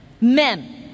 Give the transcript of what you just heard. men